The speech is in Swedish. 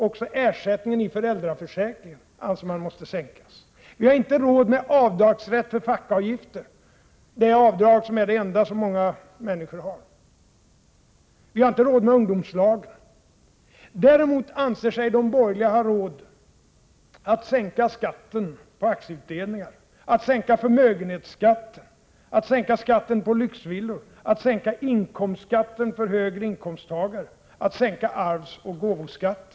Också ersättningen i föräldraförsäkringen måste sänkas, anser man. Vi har inte råd med avdragsrätt för fackavgifter — ett avdrag som är det enda som många människor har. Vi har inte råd med ungdomslag. Däremot anser sig de borgerliga ha råd att sänka skatten på aktieutdelningar, att sänka förmögenhetsskatten, att sänka skatten på lyxvillor, att sänka inkomstskatten för högre inkomsttagare, att sänka arvsoch gåvoskatten.